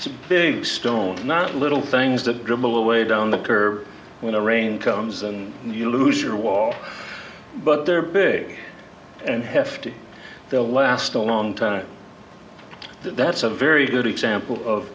a big stone not little things that dribble away down the curb when the rain comes and you lose your wall but they're big and hefty they'll last a long time that's a very good example of